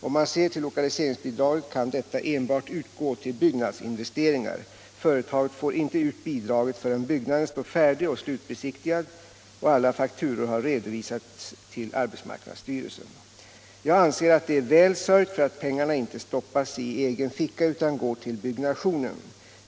Om man ser till lokaliseringsbidraget kan detta enbart utgå till byggnadsinvesteringar. Företaget får inte ut bidraget förrän byggnaden står färdig och slutbesiktigad och alla fakturor har redovisats till AMS. Jag anser att det är väl sörjt för att pengarna inte stoppas i ”egen ficka” utan går till byggnationen.